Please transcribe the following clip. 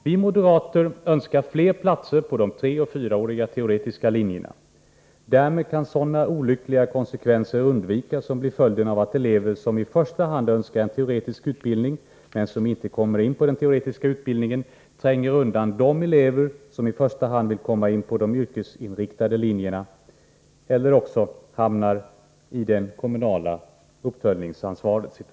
Vi moderater önskar fler platser på de treoch fyraåriga teoretiska linjerna. Därigenom skulle de olyckliga konsekvenser kunna undvikas som uppkommer genom att elever vilka i första hand önskar en teoretisk utbildning, men inte kommer in på teoretisk linje, tränger undan de elever som främst vill komma in på de yrkesinriktade linjerna. Det kan också bli så att de nämnda eleverna hamnar i den situationen, att det blir fråga om det kommunala uppföljningsansvaret.